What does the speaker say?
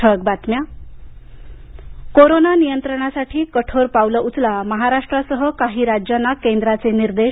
ठळक बातम्या कोरोना नियंत्रणासाठी कठोर पावलं उचला महाराष्ट्रासह काही राज्यांना केंद्राचे निर्देश